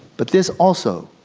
but this also,